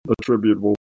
attributable